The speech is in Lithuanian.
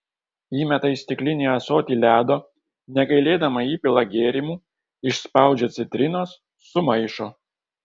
įmeta į stiklinį ąsotį ledo negailėdama įpila gėrimų išspaudžia citrinos sumaišo